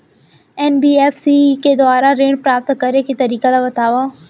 NBFC के दुवारा ऋण प्राप्त करे के तरीका ल बतावव?